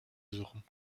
suchen